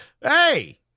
Hey